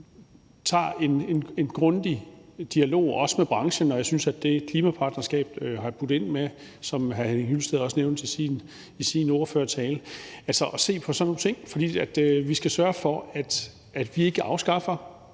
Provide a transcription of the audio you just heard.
tager en grundig dialog, også med branchen, og jeg synes, at klimapartnerskabet har budt ind med, som hr. Henning Hyllested også nævnte i sin ordførertale, at se på sådan nogle ting. For vi skal sørge for, at vi ikke afskaffer